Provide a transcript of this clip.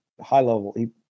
high-level